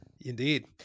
Indeed